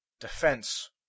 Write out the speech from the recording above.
defense